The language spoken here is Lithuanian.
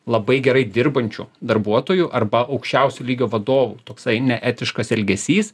labai gerai dirbančių darbuotojų arba aukščiausio lygio vadovų toksai neetiškas elgesys